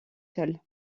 seul